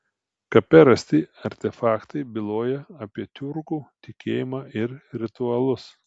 kape rasti artefaktai byloja apie tiurkų tikėjimą ir ritualus